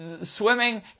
swimming